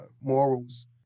morals